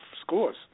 scores